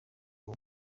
uwo